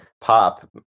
pop